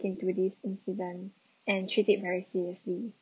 into this incident and treat it very seriously